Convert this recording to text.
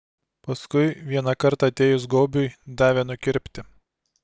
paskui vieną kartą atėjus gaubiui davė nukirpti